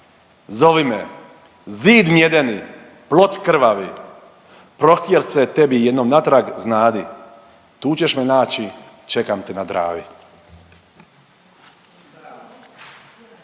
zovi me zid mjedeni, plot krvavi, prohtje li se tebi jednom natrag znadi. Tu ćeš me naći čekam te na Dravi.